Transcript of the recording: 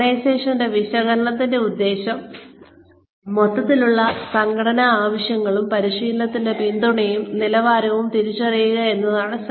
organisation വിശകലനത്തിന്റെ ഉദ്ദേശ്യം മൊത്തത്തിലുള്ള സംഘടനാ ആവശ്യങ്ങളും പരിശീലനത്തിന്റെ പിന്തുണയുടെ നിലവാരവും തിരിച്ചറിയുക എന്നതാണ്